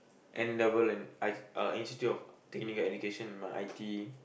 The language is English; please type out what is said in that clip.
N-level and I've uh Institute-of-Technical-Education with my I_T_E